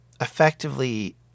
effectively